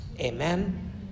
Amen